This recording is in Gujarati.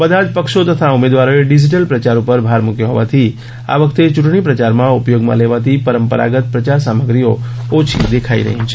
બધા જ પક્ષો તથા ઉમેદવારોએ ડિજીટલ પ્રચાર ઉપર ભાર મૂકયો હોવાથી આ વખતે ચૂંટણી પ્રચારમાં ઉપયોગમાં લેવાતી પરંપરાગત પ્રચાર સામગ્રીઓ ઓછી દેખાઇ રહી છે